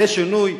זה שינוי,